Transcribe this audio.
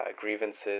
grievances